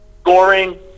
scoring